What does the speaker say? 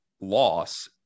loss